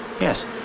Yes